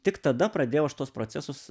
tik tada pradėjau aš tuos procesus